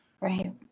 Right